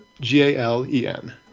G-A-L-E-N